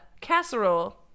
casserole